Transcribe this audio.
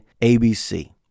ABC